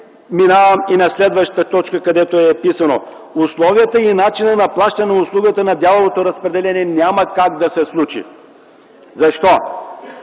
Минавам и на следващата точка, където е записано: условията и начина на плащане на услугата на дяловото разпределение - няма как да се случи. Защо?